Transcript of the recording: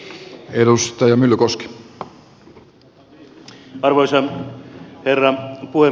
arvoisa herra puhemies